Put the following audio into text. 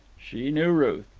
she knew ruth.